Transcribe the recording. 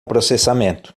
processamento